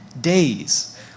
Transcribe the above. days